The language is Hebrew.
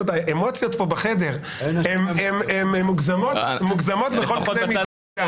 האמוציות פה בחדר הן מוגזמות בכל קנה מידה.